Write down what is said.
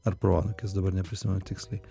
ar proanūkis dabar neprisimenu tiksliai